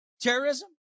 Terrorism